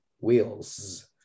wheels